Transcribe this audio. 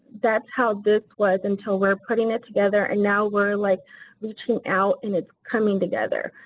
that's how this was until we're putting it together and now we're like reaching out and it's coming together.